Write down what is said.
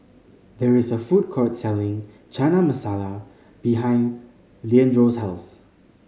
there is a food court selling Chana Masala behind Leandro's house